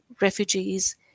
refugees